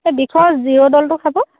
এই বিষৰ জিঅ'দ'লটো খাব